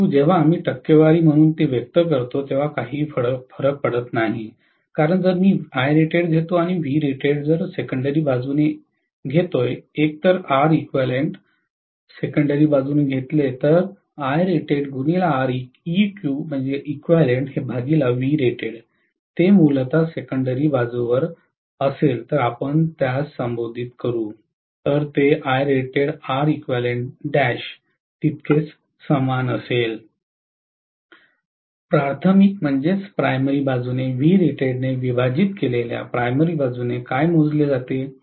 परंतु जेव्हा आम्ही टक्केवारी म्हणून ते व्यक्त करतो तेव्हा काही फरक पडत नाही कारण जर मी घेतो आणि सेकेंडरी बाजूने एकतर सेकेंडरी बाजूने घेतले तर ते मूलत सेकेंडरी बाजूवर असेल तर आपण त्यास कॉल करु तर ते तितकेच समान असेल प्राथमिक बाजूने ने विभाजीत केलेल्या प्राथमिक बाजूने काय मोजले जाते